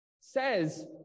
says